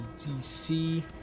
DC